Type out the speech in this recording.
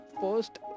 first